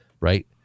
right